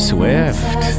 Swift